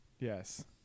Yes